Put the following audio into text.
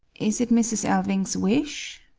is it mrs. alving's wish?